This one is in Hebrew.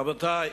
רבותי,